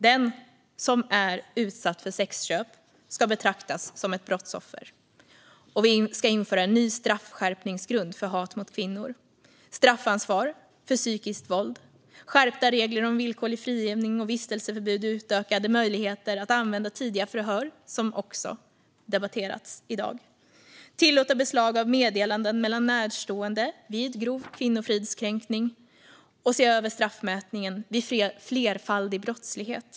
Den som är utsatt för sexköp ska betraktas som ett brottsoffer, och vi ska införa en ny straffskärpningsgrund för hat mot kvinnor, straffansvar för psykiskt våld, skärpta regler om villkorlig frigivning och vistelseförbud och utökade möjligheter att använda tidiga förhör, som också debatterats i dag. Vi ska tillåta beslag av meddelanden mellan närstående vid grov kvinnofridskränkning och se över straffmätningen vid flerfaldig brottslighet.